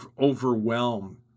overwhelm